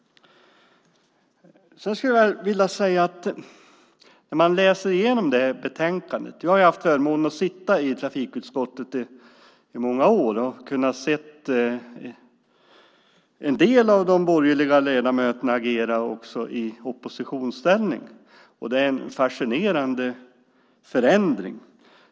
Jag har haft förmånen att sitta i trafikutskottet i många år och kunnat se en del av de borgerliga ledamöterna agera också i oppositionsställning. Det är en fascinerande förändring som skett.